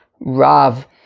rav